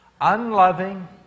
unloving